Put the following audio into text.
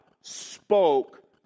spoke